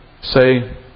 say